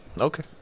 Okay